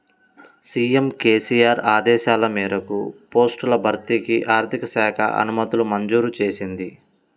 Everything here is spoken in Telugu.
సీఎం కేసీఆర్ ఆదేశాల మేరకు పోస్టుల భర్తీకి ఆర్థిక శాఖ అనుమతులు మంజూరు చేసింది